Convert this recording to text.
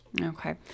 okay